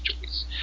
choice